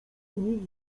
nic